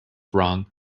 wrong